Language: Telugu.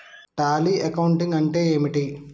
టాలీ అకౌంటింగ్ అంటే ఏమిటి?